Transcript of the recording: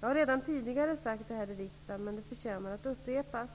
Jag har redan tidigare sagt det här i riksdagen men det förtjänar att upprepas.